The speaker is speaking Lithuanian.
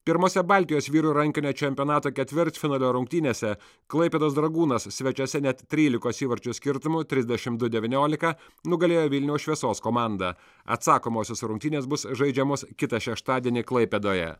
pirmose baltijos vyrų rankinio čempionato ketvirtfinalio rungtynėse klaipėdos dragūnas svečiuose net trylikos įvarčių skirtumu trisdešim du devyniolika nugalėjo vilniaus šviesos komandą atsakomosios rungtynės bus žaidžiamos kitą šeštadienį klaipėdoje